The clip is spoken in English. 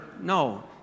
no